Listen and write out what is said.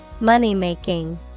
Money-making